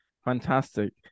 fantastic